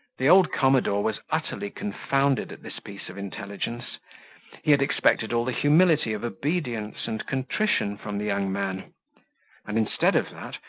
the old commodore was utterly confounded at this piece of intelligence he had expected all the humility of obedience and contrition from the young man and, instead of that,